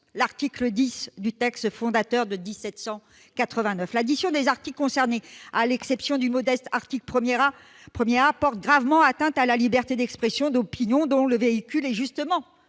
l'article X du texte fondateur de 1789. L'addition des articles, à l'exception du modeste article 1 A, porte gravement atteinte à la liberté d'expression et d'opinion, dont le véhicule est, justement,